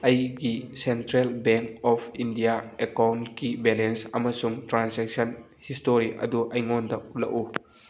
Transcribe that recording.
ꯑꯩꯒꯤ central bank of India ꯑꯦꯀꯥꯎꯟꯀꯤ balance ꯑꯃꯁꯨꯡ ꯇ꯭ꯔꯥꯟꯁꯦꯛꯁꯟ ꯍꯤꯁꯇꯣꯔꯤ ꯑꯗꯨ ꯑꯩꯉꯣꯟꯗ ꯎꯠꯂꯛꯎ